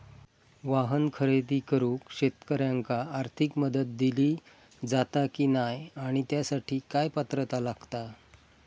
वाहन खरेदी करूक शेतकऱ्यांका आर्थिक मदत दिली जाता की नाय आणि त्यासाठी काय पात्रता लागता?